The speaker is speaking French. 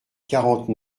quarante